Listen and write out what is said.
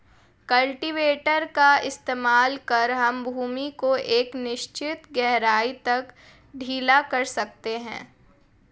cultivator का इस्तेमाल कर हम भूमि को एक निश्चित गहराई तक ढीला कर सकते हैं